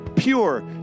pure